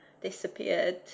disappeared